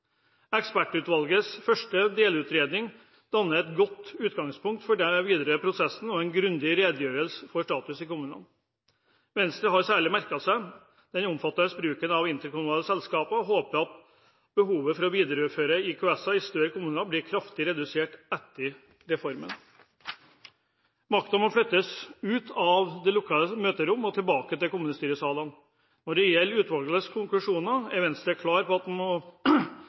Ekspertutvalgets første delutredning danner et godt utgangspunkt for den videre prosessen og er en grundig redegjørelse for status i kommunene. Venstre har særlig merket seg den omfattende bruken av interkommunale selskaper og håper at behovet for å videreføre disse i større kommuner blir kraftig redusert etter reformen. Makta må flyttes ut av lukkede møterom og tilbake til kommunestyresalene. Når det gjelder utvalgets konklusjoner, er Venstre klar på at